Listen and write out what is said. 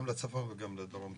גם לצפון וגם לדרום.